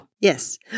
Yes